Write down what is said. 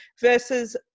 versus